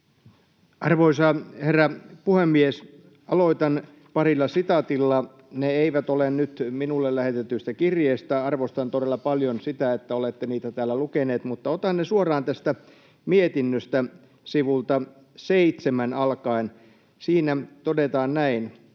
Arvoisa herra puhemies! Aloitan parilla sitaatilla. Ne eivät ole nyt minulle lähetetyistä kirjeistä — arvostan todella paljon sitä, että olette täällä kirjeitä lukeneet — vaan otan ne suoraan tästä mietinnöstä sivulta 7 alkaen. Siinä todetaan näin: